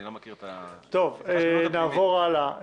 אני לא מכיר את ה --- טוב, נעבור הלאה.